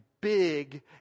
big